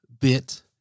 bit